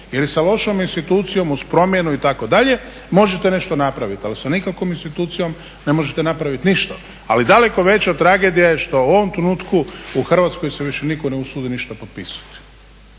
i sa lošom institucijom uz promjenu itd. možete nešto napraviti, ali sa nikakvom institucijom ne možete napraviti ništa. ali daleko veća tragedija je što u ovom trenutku u Hrvatskoj se više nitko ne usudi ništa potpisati.